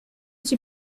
suis